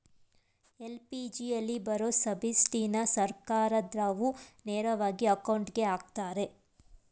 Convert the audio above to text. ಎಲ್.ಪಿ.ಜಿಯಲ್ಲಿ ಬರೋ ಸಬ್ಸಿಡಿನ ಸರ್ಕಾರ್ದಾವ್ರು ನೇರವಾಗಿ ಅಕೌಂಟ್ಗೆ ಅಕ್ತರೆ